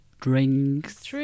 drinks